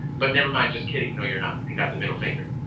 but never mind. just kidding. no, you're not. and got the middle finger.